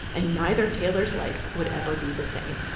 and neither taylor's life would ever be the same.